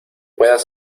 puedas